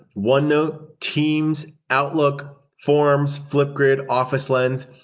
onenote, teams, outlook, forms, flipgrid, office lens,